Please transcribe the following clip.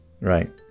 right